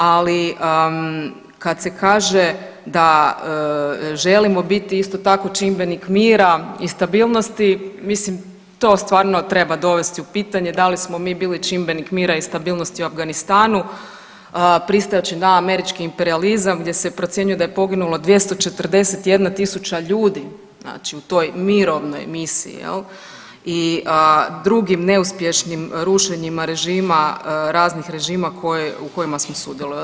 Ali kad se kaže da želimo biti isto tako čimbenik mira i stabilnosti, mislim to stvarno treba dovesti u pitanje da li smo mi bili čimbenik mira i stabilnosti u Afganistanu pristajući na američki imperijalizam gdje se procjenjuje da je poginulo 241.000 ljudi u toj mirovnoj misiji i drugim neuspješnim rušenjima režima raznih režima u kojima smo sudjelovali.